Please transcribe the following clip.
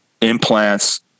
implants